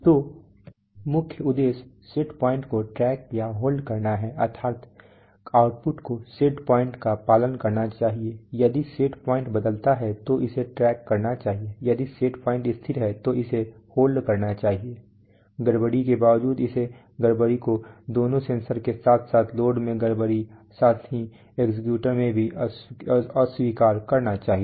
तो मुख्य उद्देश्य सेट पॉइंट्स को ट्रैक या होल्ड करना है अर्थात आउटपुट को सेट पॉइंट का पालन करना चाहिए यदि सेट पॉइंट बदलता है तो इसे ट्रैक करना चाहिए यदि सेट पॉइंट स्थिर है तो इसे होल्ड करना चाहिए डिस्टरबेंस के बावजूद इसे डिस्टरबेंस को दोनों सेंसर के साथ साथ लोड में डिस्टरबेंस साथ ही एक्चुएटर में भी अस्वीकार करना चाहिए